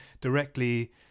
directly